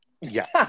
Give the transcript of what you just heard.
Yes